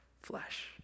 flesh